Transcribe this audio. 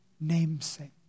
namesake